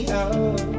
out